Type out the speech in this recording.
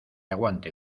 aguante